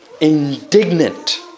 indignant